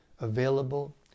available